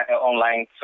online